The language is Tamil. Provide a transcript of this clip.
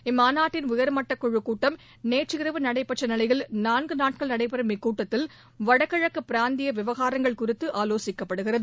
இம்மாநாட்டின் உயர்மட்டக்குழுக் கூட்டம் நேற்றிரவு நடைபெற்ற நிலையில் நான்கு நாட்கள் நடைபெறும் இக்கூட்டத்தில் வடகிழக்கு பிராந்திய விவகாரங்கள் குறித்து ஆலோசிக்கப்படுகிறது